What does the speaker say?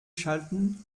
schalten